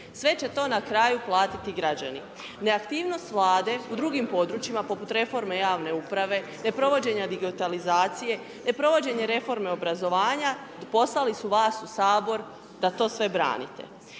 Sve će to na kraju platiti građani. Neaktivnost Vlade u drugim područjima, poput reforme javne uprave, neprovođenja digitalizacije, neprovođenje reforme obrazovanja i poslali su vas u Sabor da to sve branite.